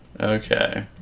Okay